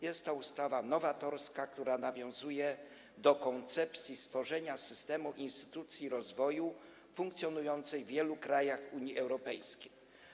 Jest to nowatorska ustawa, która nawiązuje do koncepcji stworzenia systemu instytucji rozwoju funkcjonującej w wielu krajach Unii Europejskiej.